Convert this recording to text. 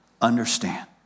understand